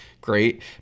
great